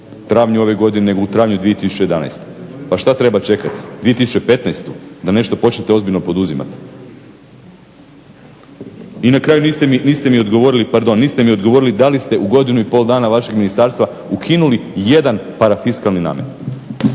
u travnju ove godine, u travnju 2011. Pa šta treba čekati, 2015.-tu da nešto počnete ozbiljno poduzimati? I na kraju niste mi, niste mi odgovorili, pardon, niste mi odgovorili da li ste u godinu i pol dana vašeg ministarstva ukinuli jedan parafiskalni namet?